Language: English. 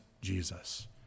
Jesus